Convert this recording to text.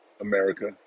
America